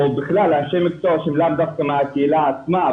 בכלל אנשי מקצוע שהם לאו דווקא מהקהילה עצמה.